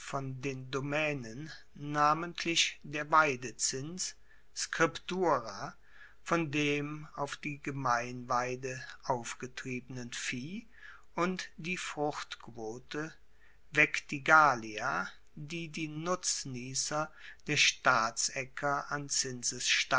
von den domaenen namentlich der weidezins scriptura von dem auf die gemeinweide aufgetriebenen vieh und die fruchtquote vectigalia die die nutzniesser der staatsaecker an